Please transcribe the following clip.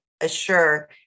assure